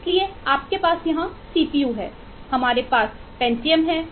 इसलिए हमारे पास सी है